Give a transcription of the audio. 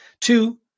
Two